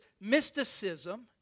mysticism